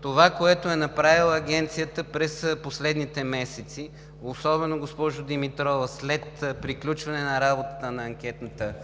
това, което е направила Агенцията през последните месеци. Особено, госпожо Димитрова, след приключване на работата на Анкетната